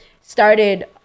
started